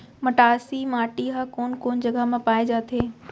मटासी माटी हा कोन कोन जगह मा पाये जाथे?